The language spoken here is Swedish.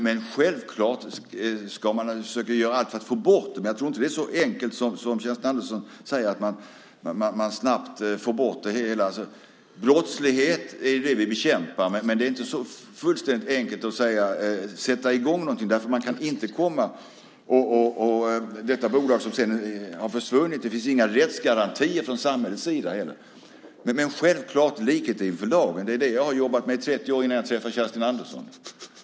Men självklart ska man naturligtvis försöka göra allt för att få bort det. Men jag tror inte att det är så enkelt som Kerstin Andersson säger och att man snabbt kan få bort det. Vi bekämpar brottslighet. Men det är inte så enkelt att sätta i gång någonting. Detta bolag har sedan försvunnit. Och det finns inga rättsgarantier från samhällets sida heller. Men självklart ska det råda likhet inför lagen. Det är det som jag har jobbat med i 30 år innan jag träffade Kerstin Andersson.